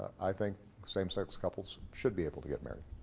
i think same-sex couples should be able to get married.